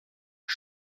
aux